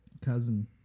cousin